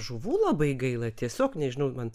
žuvų labai gaila tiesiog nežinau man